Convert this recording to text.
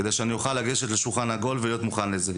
כדי שאני אוכל לגשת לשולחן עגול ולהיות מוכן לזה.